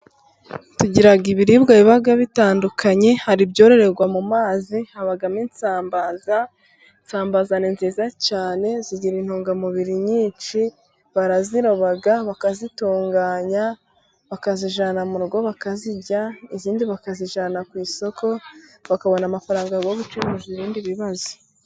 Tugira ibiribwa biba bitandukanye. Hari ibyororerwa mu mazi, habamo isambaza. Isambaza ni nziza cyane zigira intungamubiri nyinshi. Baraziroba bakazitunganya, bakazijyana mu rugo, bakazirya. Izindi bakazijyana ku isoko, bakabona amafaranga yo gukemuza ibindi bibazo.